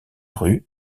rue